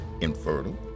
infertile